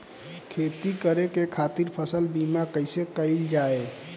खेती करे के खातीर फसल बीमा कईसे कइल जाए?